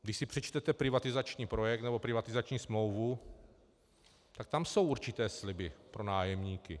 Když si přečtete privatizační projekt nebo privatizační smlouvu, tak tam jsou určité sliby pro nájemníky.